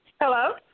Hello